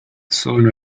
sono